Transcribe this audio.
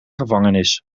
gevangenis